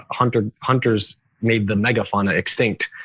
ah hunters hunters made the megafauna extinct.